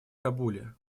кабуле